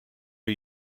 are